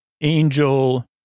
angel